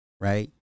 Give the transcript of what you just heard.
Right